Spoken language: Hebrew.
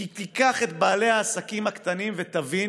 כי תיקח את בעלי העסקים הקטנים ותבין